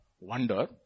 wonder